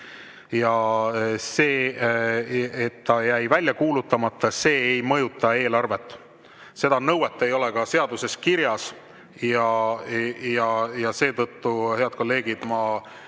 ja see, et ta jäi välja kuulutamata, ei mõjuta eelarvet. Seda nõuet ei ole ka seaduses kirjas. Seetõttu, head kolleegid, ma